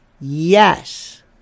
Yes